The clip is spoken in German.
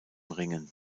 ringen